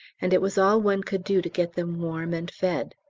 and it was all one could do to get them warm and fed.